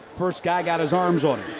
first guy got his arms on it.